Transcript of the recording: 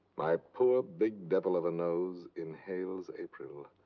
my poor, big devil of a nose inhales april.